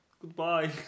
goodbye